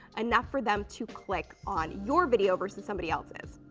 enough for them to click on your video versus somebody else's.